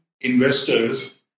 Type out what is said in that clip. investors